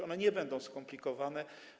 One nie będą skomplikowane.